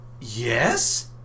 Yes